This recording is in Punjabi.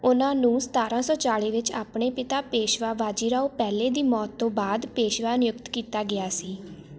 ਉਨ੍ਹਾਂ ਨੂੰ ਸਤਾਰ੍ਹਾਂ ਸੌ ਚਾਲ੍ਹੀ ਵਿੱਚ ਆਪਣੇ ਪਿਤਾ ਪੇਸ਼ਵਾ ਬਾਜੀਰਾਓ ਪਹਿਲੇ ਦੀ ਮੌਤ ਤੋਂ ਬਾਅਦ ਪੇਸ਼ਵਾ ਨਿਯੁਕਤ ਕੀਤਾ ਗਿਆ ਸੀ